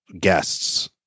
guests